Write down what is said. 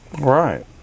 Right